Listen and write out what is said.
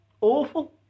Awful